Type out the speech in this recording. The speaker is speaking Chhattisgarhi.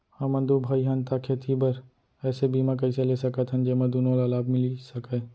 हमन दू भाई हन ता खेती बर ऐसे बीमा कइसे ले सकत हन जेमा दूनो ला लाभ मिलिस सकए?